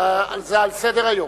זה על סדר-היום.